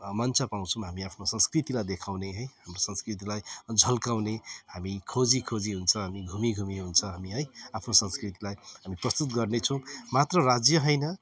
मञ्च पाउँछौँ हामी आफ्नो संस्कृतिलाई देखाउने है हाम्रो संस्कृतिलाई झल्काउने हामी खोजी खोजी हुन्छ हामी घुमी घुमी हुन्छ हामी है आफ्नो संस्कृतिलाई हामी प्रस्तुत गर्नेछौँ मात्र राज्य होइन